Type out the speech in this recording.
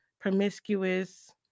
promiscuous